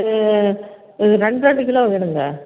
இது இது ரெண்டு ரெண்டு கிலோ வேணுங்க